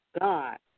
God